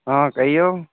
हँ कहियौ